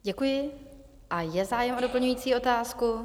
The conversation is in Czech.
Děkuji a je zájem o doplňující otázku.